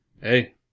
Hey